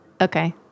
Okay